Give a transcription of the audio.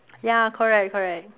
ya correct correct